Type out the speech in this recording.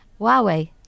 Huawei